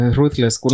ruthless